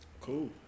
Cool